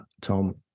Tom